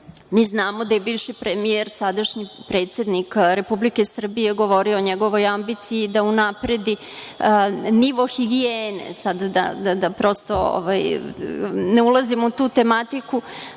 Mi znamo da je bivši premijer, sadašnji predsednik Republike Srbije govorio o njegovoj ambiciji da unapredi nivo higijene. Da sada prosto ne ulazimo u tu tematiku,